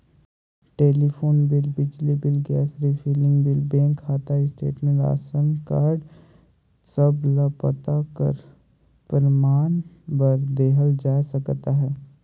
telephone bill, बिजली bill, gas refilling bill, bank खाता statement, रासन कारड ए सब ल पता कर परमान बर देहल जाए सकत अहे